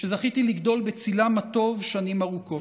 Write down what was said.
שזכיתי לגדול בצילם הטוב שנים ארוכות.